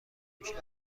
همیشه